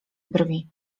brwi